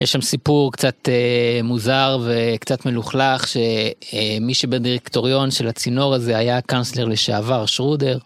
יש שם סיפור קצת מוזר וקצת מלוכלך שמי שבדירקטוריון של הצינור הזה היה הקאנצלר לשעבר, שרודר.